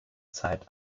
zeit